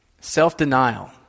Self-denial